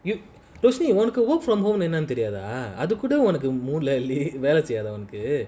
you rosene உனக்கு:unaku work from home என்னனுதெரியாதாஅதுகூடமூளவேலசெய்யாதாஉனக்கு:ennanu theriatha adhu kooda moola vela seyyatha unaku